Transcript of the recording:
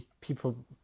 people